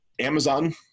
Amazon